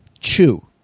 CHEW